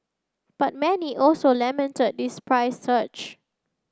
but many also lamented this price surge